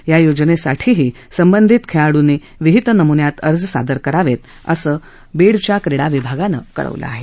या योजनेसाठीही संबधित खेडाळूंनी विहीत नमून्यात अर्ज सादर करावेत असं क्रीडा विभागानं कळवलं आहे